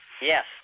Yes